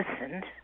listened